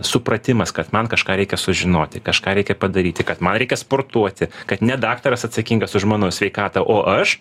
supratimas kad man kažką reikia sužinoti kažką reikia padaryti kad man reikia sportuoti kad ne daktaras atsakingas už mano sveikatą o aš